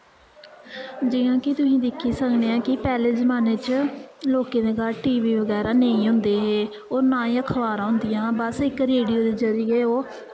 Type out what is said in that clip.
जि'यां कि तुसीं दिक्खी सकने आं कि पैह्लें जमान्ने च लोकें दे घर टी वी बगैरा नेईं होंदे हे होर ना गै अखबारां होंदियां हा बस इक रेडियो दे जरिये ओह्